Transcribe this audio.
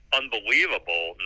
unbelievable